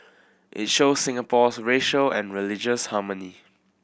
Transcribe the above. it shows Singapore's racial and religious harmony